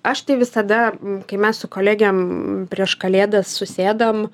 aš tai visada kai mes su kolegėm prieš kalėdas susėdam